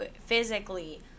physically